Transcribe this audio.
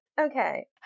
Okay